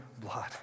blood